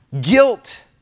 guilt